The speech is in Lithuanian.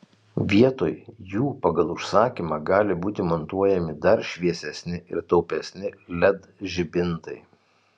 vietoj jų pagal užsakymą gali būti montuojami dar šviesesni ir taupesni led žibintai